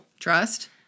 Trust